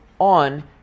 on